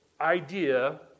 idea